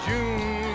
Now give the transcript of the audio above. June